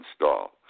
install